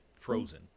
frozen